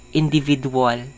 individual